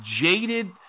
jaded